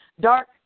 Dark